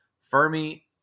Fermi